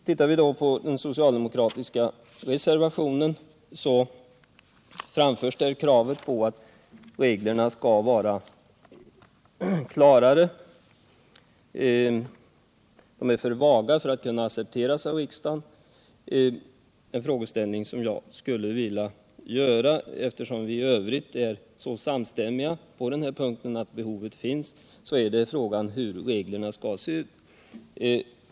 Ser vi på den socialdemokratiska reservationen finner vi att där framförs kravet att reglerna skall vara klarare — de är för vaga för att kunna ac cepteras. En frågeställning som jag skulle vilja resa — eftersom vi i övrigt är så samstämmiga i fråga om att behovet finns — är: Hur skall reglerna se ut?